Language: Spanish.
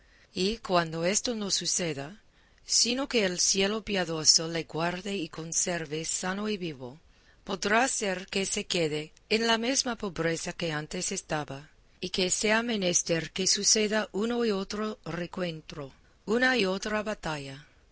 y cuando esto no suceda sino que el cielo piadoso le guarde y conserve sano y vivo podrá ser que se quede en la mesma pobreza que antes estaba y que sea menester que suceda uno y otro rencuentro una y otra batalla